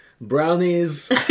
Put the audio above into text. brownies